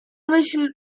myśl